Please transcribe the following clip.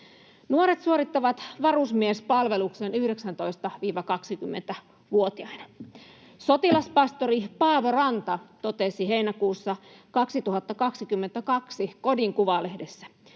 Nuoret suorittavat varusmiespalveluksen 19—20-vuotiaina. Sotilaspastori Paavo Ranta totesi heinäkuussa 2023 Kodin Kuvalehdessä: